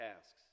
tasks